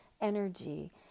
energy